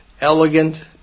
elegant